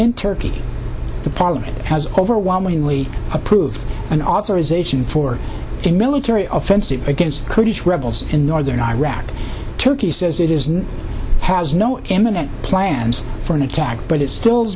in turkey the parliament has overwhelmingly approved an authorization for a military offensive against kurdish rebels in northern iraq turkey says it isn't has no imminent plans for an attack but it still